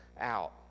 out